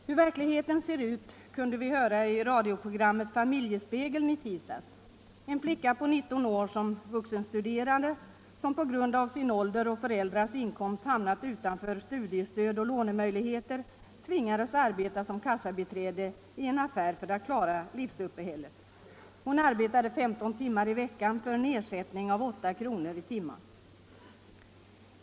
Hur verkligheten ser ut kunde vi höra i radioprogrammet Familjespegeln i tisdags. En vuxenstuderande flicka på 19 år, som på grund av sin ålder och föräldrarnas inkomst hamnat utanför studiestöd och lånemöjligheter, tvingades arbeta som kassabiträde i en affär för att klara livsuppehället. Hon arbetade 15 timmar i veckan för en ersättning av 8 kr. i timmen.